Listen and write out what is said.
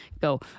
go